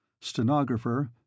stenographer